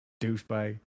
Douchebag